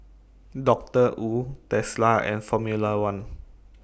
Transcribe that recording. Doctor Wu Tesla and Formula one